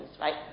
right